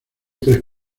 tres